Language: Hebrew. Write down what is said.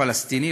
פלסטיני,